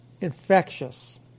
infectious